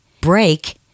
break